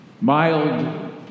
mild